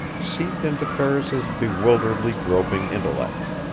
seeped into ferris's bewilderedly groping intellect.